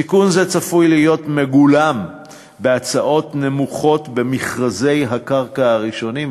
סיכון זה צפוי להיות מגולם בהצעות נמוכות במכרזי הקרקע הראשונים,